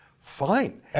fine